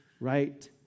right